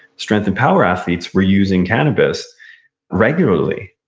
strength and power athletes, were using cannabis regularly.